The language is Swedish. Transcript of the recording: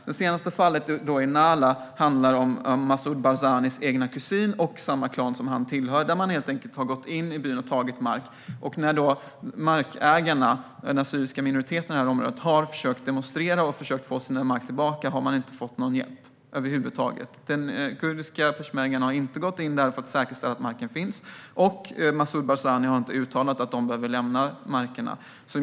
Det senaste fallet i Nahla handlar om Massoud Barzanis kusin och den klan som han tillhör. De har helt enkelt gått in i byn och tagit mark. När markägarna, den assyriska minoriteten i området, har försökt demonstrera och försökt få sin mark tillbaka har de inte fått någon hjälp över huvud taget. Den kurdiska peshmergan har inte gått in där för att säkerställa att marken finns, och Massoud Barzani har inte uttalat att de behöver lämna markerna.